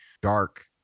dark